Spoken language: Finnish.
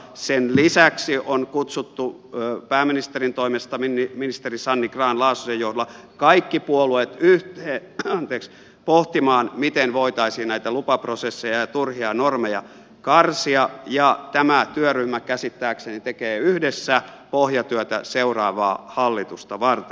sen lisäksi on kutsuttu pääministerin toimesta ministeri sanni grahn laasosen johdolla kaikki puolueet pohtimaan miten voitaisiin näitä lupaprosesseja ja turhia normeja karsia ja tämä työryhmä käsittääkseni tekee yhdessä pohjatyötä seuraavaa hallitusta varten